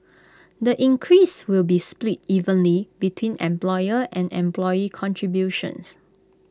the increase will be split evenly between employer and employee contributions